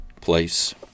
place